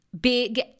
Big